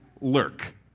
lurk